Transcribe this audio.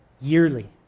yearly